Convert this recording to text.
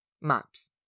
Maps